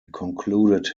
concluded